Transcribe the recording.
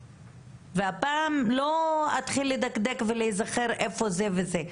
הפעם לא אתחיל לדקדק ולהיזכר איפה זה וזה.